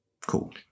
Cool